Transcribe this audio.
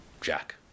Jack